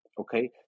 okay